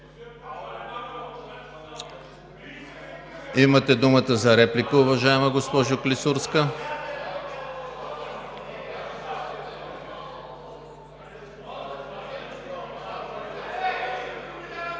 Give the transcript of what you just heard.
Имате думата за реплика, уважаема госпожо Клисурска.